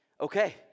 okay